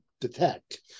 detect